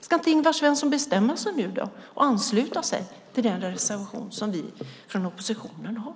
Ska inte Ingvar Svensson bestämma sig nu och ansluta sig till den reservation som vi från oppositionen har?